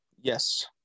Yes